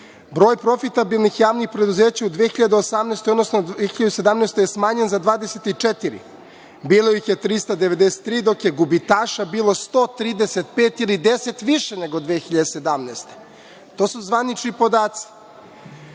Broj profitabilnih javnih preduzeća u 2018, odnosno u 2017. godini je smanjen za 24. Bilo ih je 393, dok je gubitaša bilo 135 ili 10 više nego 2017. godine. To su zvanični podaci.